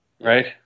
right